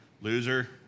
Loser